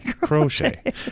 crochet